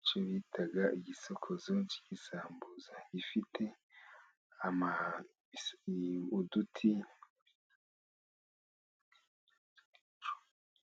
Icyo benshi bitaga igisokuzo cy'igisambuzo. Gifite uduti